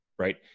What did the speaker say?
Right